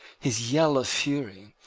his yell of fury,